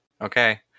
Okay